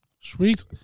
Sweet